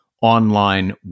online